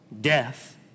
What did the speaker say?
death